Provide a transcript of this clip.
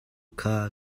kha